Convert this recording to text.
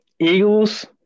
Eagles